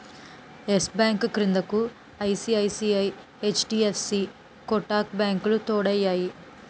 yes Bank క్రిందకు ICICI, HDFC Kotak బ్యాంకులు తోడయ్యాయి